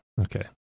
Okay